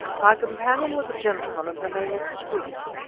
my companion was a gentleman of the name of scroope,